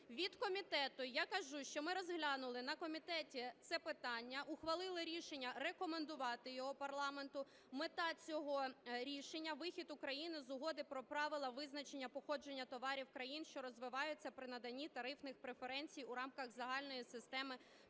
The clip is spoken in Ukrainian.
Від комітету я скажу, що ми розглянули на комітеті це питання, ухвалили рішення рекомендувати його парламенту. Мета цього рішення – вихід України з Угоди про Правила визначення походження товарів країн, що розвиваються, при наданні тарифних преференцій у рамках Загальної системи